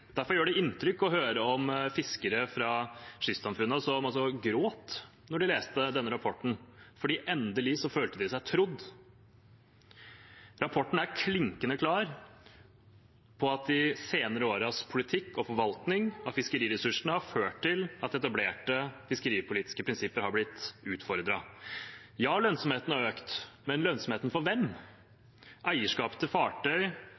Derfor gjør det inntrykk å høre om fiskere fra kystsamfunnene som gråt da de leste denne rapporten, for endelig følte de seg trodd. Rapporten er klinkende klar på at de senere årenes politikk og forvaltning av fiskeriressursene har ført til at etablerte fiskeripolitiske prinsipper har blitt utfordret. Ja, lønnsomheten har økt, men lønnsomhet for hvem? Eierskap til fartøy